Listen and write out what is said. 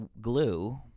glue